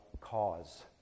cause